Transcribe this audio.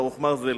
ברוך מרזל,